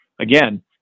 again